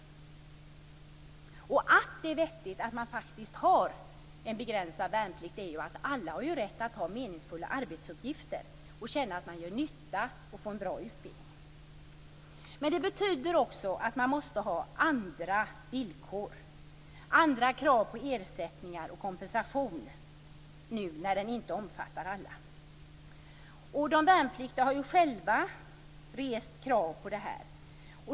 Anledningen till att det är vettigt att faktiskt ha en begränsad värnplikt är att alla har rätt att ha meningsfulla arbetsuppgifter och känna att de gör nytta och får en bra utbildning. Det betyder också att man måste ha andra villkor och andra ersättningar och kompensationer när värnplikten inte omfattar alla. De värnpliktiga har själva rest krav på detta.